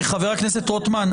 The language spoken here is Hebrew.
חבר הכנסת רוטמן,